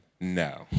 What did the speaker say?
no